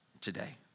today